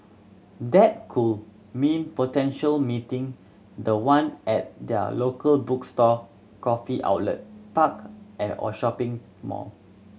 that could mean potential meeting the one at their local bookstore coffee outlet park and or shopping mall